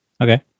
Okay